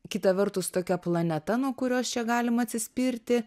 kita vertus tokia planeta nuo kurios čia galima atsispirti